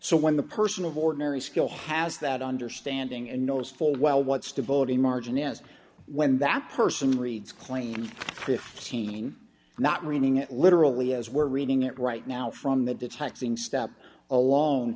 so when the person of ordinary skill has that understanding and knows full well what stability margin is when that person reads claim fifteen not reading it literally as we're reading it right now from the detecting step alon